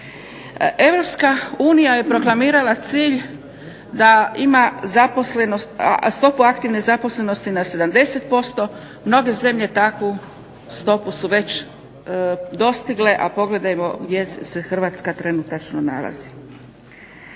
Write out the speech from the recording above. Europska unija je proklamirala cilj da ima zaposlenost, stopu aktivne zaposlenosti na 70%, mnoge zemlje takvu stopu su već dostigle, a pogledajmo gdje se Hrvatska trenutačno nalazi.